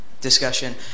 discussion